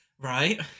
Right